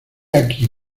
aquí